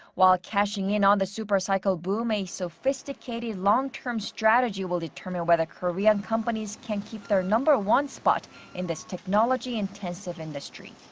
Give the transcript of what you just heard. while cashing in on the supercycle boom, a sophisticated, long-term strategy will determine whether korean companies can keep their number one spot in this technology-instensive industry.